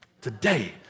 today